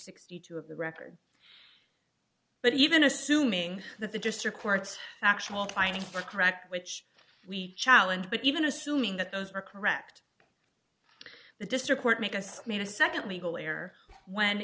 sixty two of the record but even assuming that the district court's actual applying for correct which we challenge but even assuming that those are correct the district court make us made a nd legal